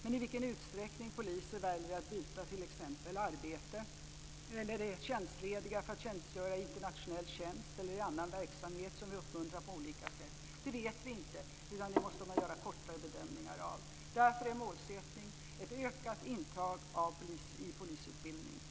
Men i vilken utsträckning poliser väljer att t.ex. byta arbete eller vara tjänstlediga för att tjänstgöra internationellt eller i annan verksamhet som vi uppmuntrar på olika sätt vet vi inte. Det måste man göra mer kortsiktiga bedömningar av. Därför är målsättningen ett ökat intag i polisutbildning.